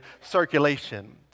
circulation